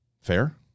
Fair